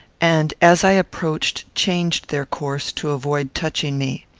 and, as i approached, changed their course, to avoid touching me.